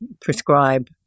prescribe